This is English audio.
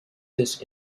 this